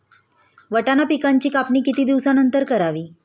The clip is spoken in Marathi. वाटाणा पिकांची कापणी किती दिवसानंतर करावी?